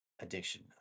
addiction